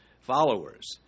followers